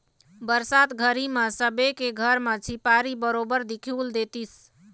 बरसात घरी म सबे के घर म झिपारी बरोबर दिखउल देतिस